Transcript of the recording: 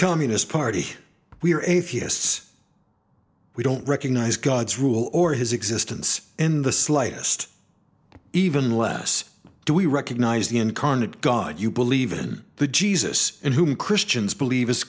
communist party we are atheists we don't recognize god's rule or his existence in the slightest even less do we recognize the incarnate god you believe in the jesus in whom christians believe is